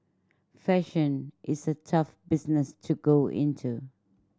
fashion is a tough business to go into